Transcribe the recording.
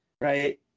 right